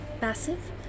passive